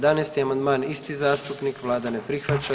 11. amandman isti zastupnik, vlada ne prihvaća.